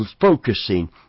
focusing